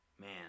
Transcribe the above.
Man